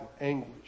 anguish